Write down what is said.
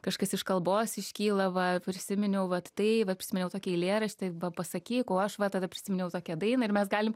kažkas iš kalbos iškyla va prisiminiau vat tai va prisiminiau tokį eilėraštį va pasakyk o aš va tada prisiminiau tokią dainą ir mes galim